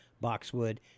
boxwood